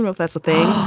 um if that's a thing.